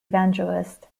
evangelist